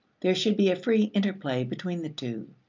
there should be a free interplay between the two.